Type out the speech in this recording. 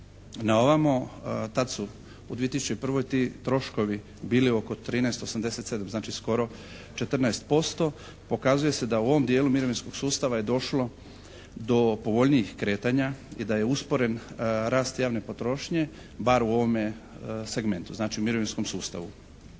na ovamo tad su u 2001. ti troškovi bili oko 13,87 znači skoro 14%, pokazuje se da u ovom djelu mirovinskog sustava je došlo do povoljnijih kretanja i da je usporen rast javne potrošnje bar u ovome segmentu. Znači u mirovinskom sustavu.